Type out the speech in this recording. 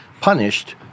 punished